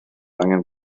angen